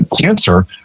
cancer